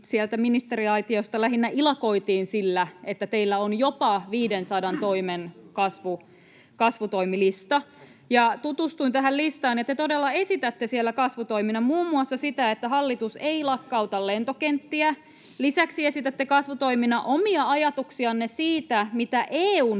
sieltä ministeriaitiosta lähinnä ilakoitiin sillä, että teillä on jopa 500 toimen kasvutoimilista. Tutustuin tähän listaan, ja te todella esitätte siellä kasvutoimina muun muassa sitä, että hallitus ei lakkauta lentokenttiä. Lisäksi esitätte kasvutoimina omia ajatuksianne siitä, mitä EU:n